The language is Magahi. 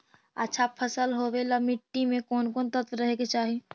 अच्छा फसल होबे ल मट्टी में कोन कोन तत्त्व रहे के चाही?